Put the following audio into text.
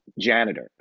janitor